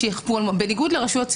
בניגוד לרשויות ציבוריות,